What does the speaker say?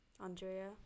Andrea